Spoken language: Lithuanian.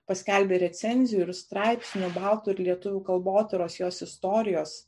paskelbė recenzijų ir straipsnių baltų ir lietuvių kalbotyros jos istorijos